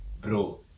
Bro